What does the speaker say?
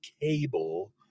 cable